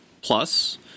plus